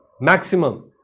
maximum